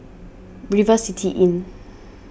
River City Inn